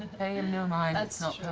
pay him no mind, it's not